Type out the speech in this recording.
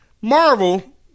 marvel